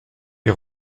les